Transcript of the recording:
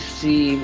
see